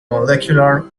molecular